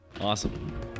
Awesome